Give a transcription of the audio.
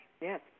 Yes